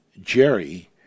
Jerry